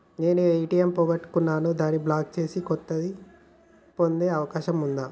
నేను ఏ.టి.ఎం పోగొట్టుకున్నాను దాన్ని బ్లాక్ చేసి కొత్తది పొందే అవకాశం ఉందా?